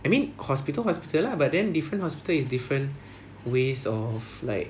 I mean hospital hospital lah but then different hospital is different ways of like